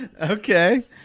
okay